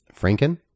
Franken